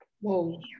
Whoa